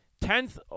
tenth